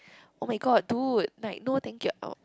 oh-my-god dude like no thank you uh